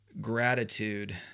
gratitude